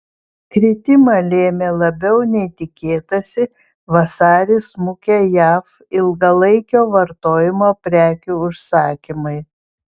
kritimą lėmė labiau nei tikėtasi vasarį smukę jav ilgalaikio vartojimo prekių užsakymai